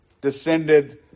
descended